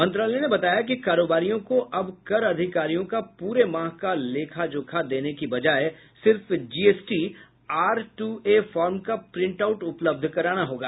मंत्रालय ने बताया कि कारोबारियों को अब कर अधिकारियों को पूरे माह का लेखा जोखा देने के बजाए सिर्फ GST R two A form का प्रिंट आउट उपलब्ध कराना होगा